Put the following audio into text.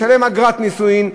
משלם אגרת נישואין,